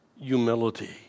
humility